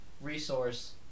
Resource